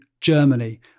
Germany